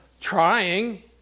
trying